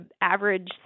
average